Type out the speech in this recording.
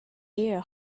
air